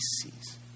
sees